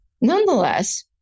Nonetheless